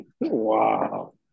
Wow